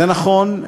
זה נכון,